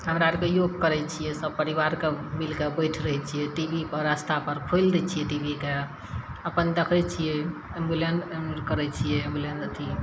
हमरा आरके योग करै छियै सभ परिवार कऽ मिलकऽ बैठ रहै छियै टी वी पर आस्था पर खोलि दै छियै टीवीके अपन देखै छियै एम्बुले करैत छियै अथी